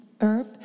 herb